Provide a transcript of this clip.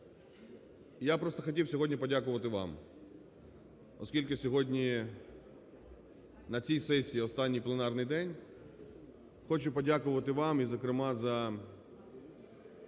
Я просто хотів сьогодні подякувати вам. Оскільки сьогодні на цій сесії останній пленарний день, хочу подякувати вам, і зокрема, за